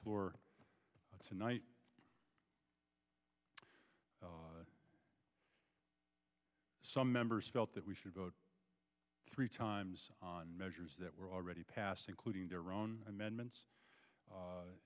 floor tonight some members felt that we should vote three times on measures that were already passed including their own amendments